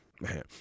Man